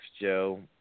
Joe